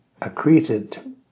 accreted